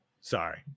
sorry